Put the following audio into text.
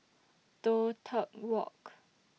Toh Tuck Walk